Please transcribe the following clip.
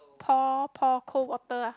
pour pour cold water ah